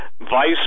vice